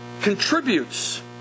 contributes